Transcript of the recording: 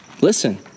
Listen